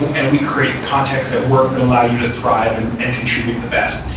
and and we create contexts that work, that allow you to thrive and and contribute the best.